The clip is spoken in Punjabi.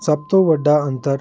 ਸਭ ਤੋਂ ਵੱਡਾ ਅੰਤਰ